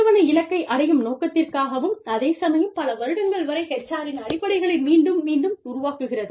நிறுவன இலக்கை அடையும் நோக்கத்திற்காகவும் அதே சமயம் பல வருடங்கள் வரை HR -இன் அடிப்படைகளை மீண்டும் ஈண்டும் உருவாக்குகிறது